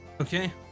Okay